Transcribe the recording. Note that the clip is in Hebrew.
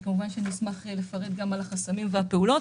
וכמובן נשמח לפרט גם על החסמים והפעולות.